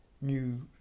new